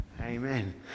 Amen